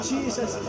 Jesus